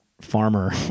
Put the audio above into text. farmer